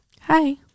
Hi